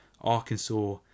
Arkansas